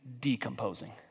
decomposing